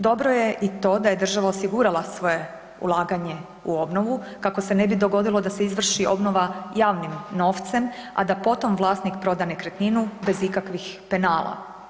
Dobro je i to da je država osigurala svoje ulaganje u obnovu kako se ne bi dogodilo da se izvrši obnova javnim novcem, a da potom vlasnik proda nekretninu bez ikakvih penala.